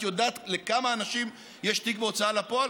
את יודעת לכמה אנשים יש תיק בהוצאה לפועל?